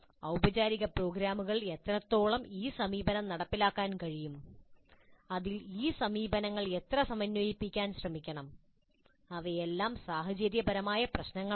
ഔപചാരിക പ്രോഗ്രാമുകളിൽ എത്രത്തോളം ഈ സമീപനങ്ങൾ നടപ്പിലാക്കാൻ കഴിയും അതിൽ ഈ സമീപനങ്ങൾ എത്ര സമന്വയിപ്പിക്കാൻ ശ്രമിക്കണം അവയെല്ലാം സാഹചര്യപരമായ പ്രശ്നങ്ങളാണ്